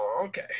okay